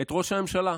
את ראש הממשלה.